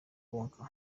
konka